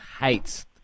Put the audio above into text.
hates